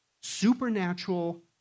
Supernatural